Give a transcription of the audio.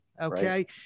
Okay